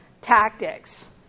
tactics